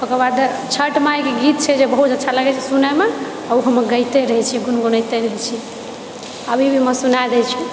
ओकरबाद छठ माइके गीत छै जे बहुत अच्छा लागै छै सुनैमे आ ओ हम गाइते रहै छिऐ गुनगुनैते रहै छिऐ अभी भी सुनाए दै छी